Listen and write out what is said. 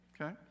Okay